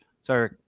sorry